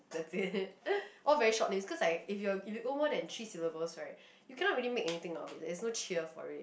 that's it all very short names cause I if I if you go anything more than three syllables right you can't really make anything out of it there's no cheer for it